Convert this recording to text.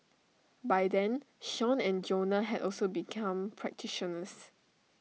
by then Sean and Jonah had also become practitioners